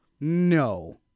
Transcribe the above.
No